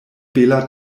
bela